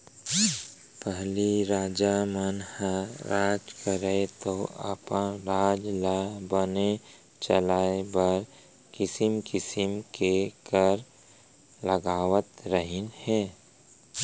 पहिली राजा मन ह राज करयँ तौ अपन राज ल बने चलाय बर किसिम किसिम के कर लगावत रहिन हें